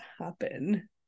happen